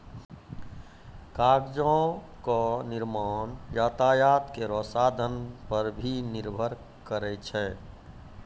कागजो क निर्माण यातायात केरो साधन पर भी निर्भर करै छै